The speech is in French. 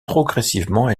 progressivement